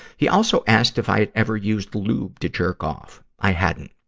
he also asked if i had ever used lube to jerk off. i hadn't.